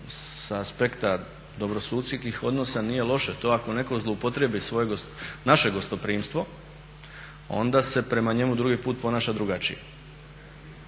sa aspekta dobrosusjedskih odnosa nije loše, to ako netko zloupotrijebi naše gostoprimstvo onda se prema njemu drugi put ponaša drugačije.